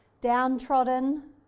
downtrodden